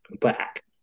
back